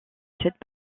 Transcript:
cette